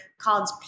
called